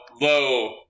low